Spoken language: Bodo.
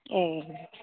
ए